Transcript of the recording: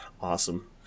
Awesome